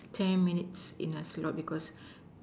ten minutes in a slot because